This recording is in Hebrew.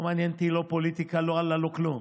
לא מעניין אותי לא פוליטיקה, לא אללה, לא כלום.